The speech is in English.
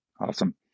Awesome